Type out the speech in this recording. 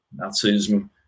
Nazism